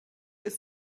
ist